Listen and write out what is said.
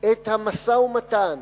את המשא-ומתן,